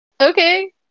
Okay